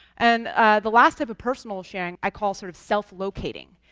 and ah the last type of personal sharing i call sort of self-locating.